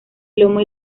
lomo